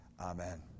Amen